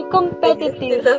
competitive